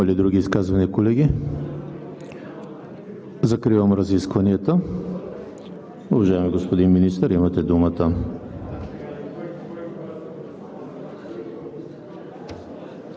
ли други изказвания, колеги? Закривам разискванията. Уважаеми господин Министър, имате думата.